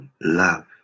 love